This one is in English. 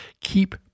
Keep